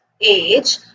age